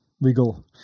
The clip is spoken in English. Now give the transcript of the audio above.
legal